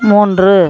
மூன்று